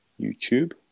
YouTube